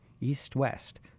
East-West